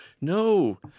no